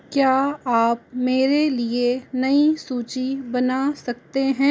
क्या आप मेरे लिए नई सूची बना सकते हैं